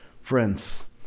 friends